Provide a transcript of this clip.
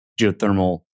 geothermal